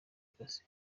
kazi